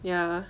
ya